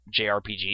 JRPG